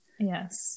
Yes